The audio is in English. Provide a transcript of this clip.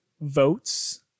votes